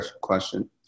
question